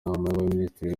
y’abaminisitiri